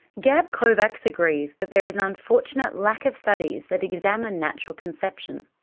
gab kovacs agrees that there is an unfortunate lack of studies that examine natural conception.